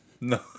No